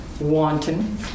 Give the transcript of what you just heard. wanton